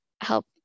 help